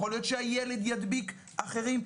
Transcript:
אולי הילד ידביק אחרים.